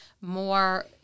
more